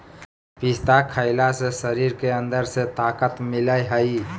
पिस्ता खईला से शरीर के अंदर से ताक़त मिलय हई